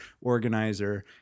organizer